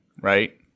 right